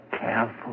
Careful